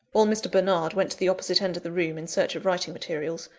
while mr. bernard went to the opposite end of the room, in search of writing materials,